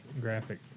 graphic